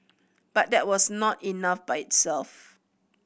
but that was not enough by itself